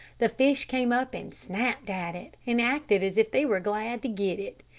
the fish came up and snapped at it, and acted as if they were glad to get it.